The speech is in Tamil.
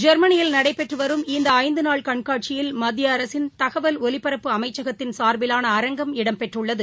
ஜெர்மனியில் நடைபெற்று வரும் இந்த ஐந்து நாள் கண்காட்சியில் மத்திய அரசின் தகவல் ஒலிபரப்பு அமைச்சகத்தின் சார்பிலான அரங்கம் இடம்பெற்றுள்ளது